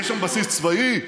יש שם בסיס צבאי?